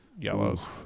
Yellows